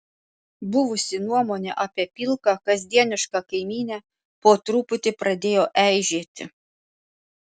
buvusi nuomonė apie pilką kasdienišką kaimynę po truputį pradėjo eižėti